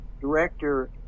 director